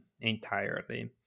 entirely